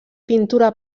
pintura